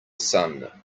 sun